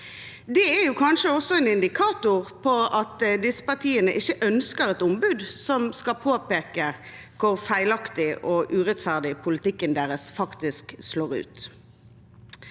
Det er kanskje også en indikator på at disse partiene ikke ønsker et ombud som skal påpeke hvor feilaktig og urettferdig politikken deres faktisk slår ut.